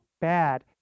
bad